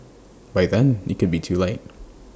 by then IT could be too late